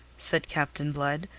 said captain blood.